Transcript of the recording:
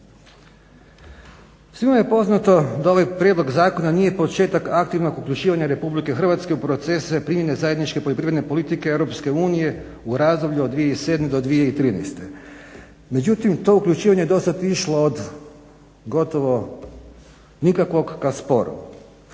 Svima je poznato da ovaj prijedlog zakona nije početak aktivnog uključivanja RH u procese primjene zajedničke poljoprivredne politike EU u razdoblju od 2007.do 2013. Međutim to je uključivanje do sada išlo od gotovo nikakvog ka sporom.